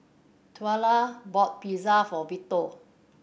Twyla bought Pizza for Vito